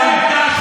בניגוד לעמדה שלך.